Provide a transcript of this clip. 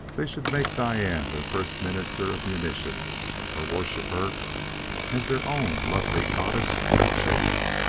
they should make diane their first minister of munitions, or worship her as their own lovely goddess of the chase.